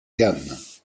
cannes